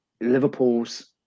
Liverpool's